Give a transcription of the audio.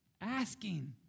Asking